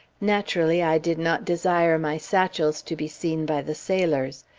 naturally i did not desire my satchels to be seen by the sailors.